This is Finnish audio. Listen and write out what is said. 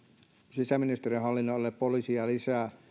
sisäministeriön hallinnonalalle poliiseja lisää